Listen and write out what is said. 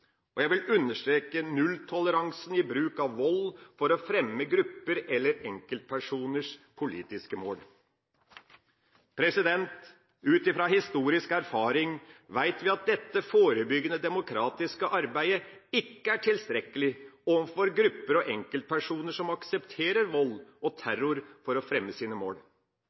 og jeg vil understreke nulltoleransen i bruk av vold for å fremme grupper eller enkeltpersoners politiske mål. Ut fra historisk erfaring vet vi at dette forebyggende, demokratiske arbeidet ikke er tilstrekkelig overfor grupper og enkeltpersoner som aksepterer vold og terror for å fremme sine mål.